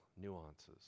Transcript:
nuances